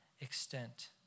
extent